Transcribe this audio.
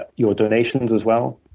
ah your donations as well.